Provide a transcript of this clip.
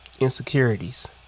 insecurities